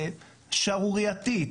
והשערורייתית,